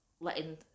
letting